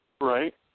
Right